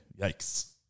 Yikes